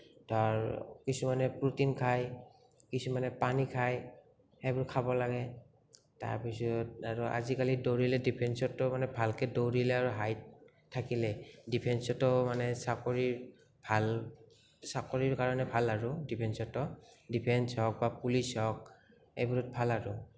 তাৰ কিছুমানে প্ৰ'টিন খায় কিছুমানে পানী খায় সেইবোৰ খাব লাগে তাৰপাছত আৰু আজিকালি দৌৰিলে ডিফেঞ্চতো মানে ভালকে দৌৰিলে আৰু হাইট থাকিলে ডিফেঞ্চতো মানে চাকৰিৰ ভাল চাকৰিৰ কাৰণে ভাল আৰু ডিফেঞ্চতো ডিফেঞ্চ হওঁক বা পুলিচ হওঁক এইবোৰত ভাল আৰু